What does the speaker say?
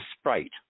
sprite